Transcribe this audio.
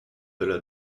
delà